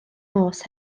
nos